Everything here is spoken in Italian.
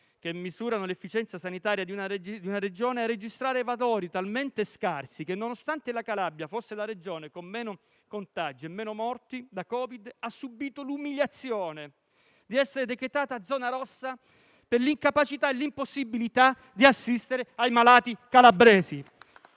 che misurano l'efficienza sanitaria di una Regione a registrare valori talmente scarsi che, nonostante la Calabria forse la Regione con meno contagi e meno morti da Covid, ha subito l'umiliazione di essere decretata zona rossa per l'incapacità e l'impossibilità di assistere i malati calabresi.